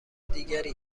دیگری